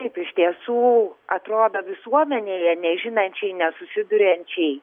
taip iš tiesų atrodo visuomenėje nežinančiai nesusiduriančiai